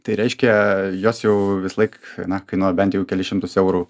tai reiškia jos jau visąlaik na kainuoja bent jau kelis šimtus eurų